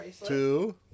two